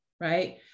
right